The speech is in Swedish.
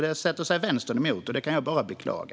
Detta sätter sig Vänstern emot, vilket jag bara kan beklaga.